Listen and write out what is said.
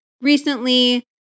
recently